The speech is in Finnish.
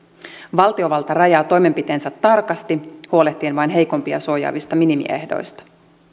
valtiovalta rajaa toimenpiteensä tarkasti huolehtien vain heikoimpia suojaavista minimiehdoista